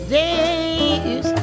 days